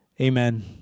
Amen